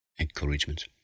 encouragement